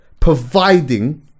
providing